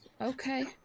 Okay